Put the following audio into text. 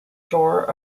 shore